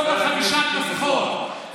חבר הכנסת מיקי לוי, חבר הכנסת מיקי לוי.